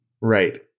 Right